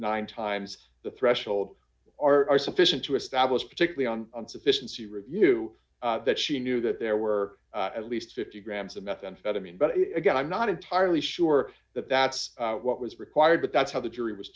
nine times the threshold are sufficient to establish particularly on insufficiency review that she knew that there were at least fifty grams of methamphetamine but again i'm not entirely sure that that's what was required but that's how the jury was